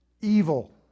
evil